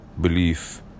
belief